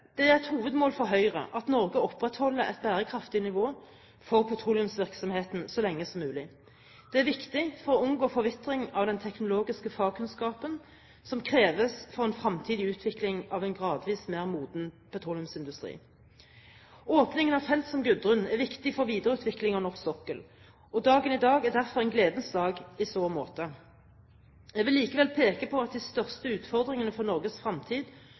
Det er et hovedmål for Høyre at Norge opprettholder et bærekraftig nivå for petroleumsvirksomheten så lenge som mulig. Det er viktig for å unngå forvitring av den teknologiske fagkunnskapen som kreves for en fremtidig utvikling av en gradvis mer moden petroleumsindustri. Åpningen av felt som Gudrun er viktig for videreutvikling av norsk sokkel, og dagen i dag er derfor en gledens dag i så måte. Jeg vil likevel peke på at de største utfordringene for Norges